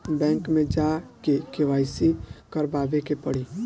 Bank मे जा के के.वाइ.सी करबाबे के पड़ी?